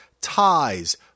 ties